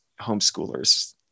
homeschoolers